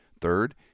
Third